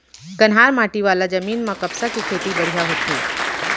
कन्हार माटी वाला जमीन म कपसा के खेती बड़िहा होथे